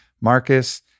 Marcus